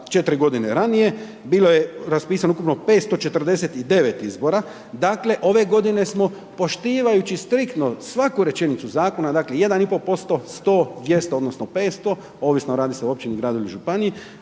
sa 4 godine ranije bilo je raspisano ukupno 549 izbora, dakle ove godine smo poštivajući striktno svaku rečenicu zakona dakle 1,5% 100, 200 odnosno 500 ovisno radi se o općini, gradu ili županiji,